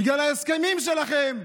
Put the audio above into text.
בגלל ההסכמים שלכם.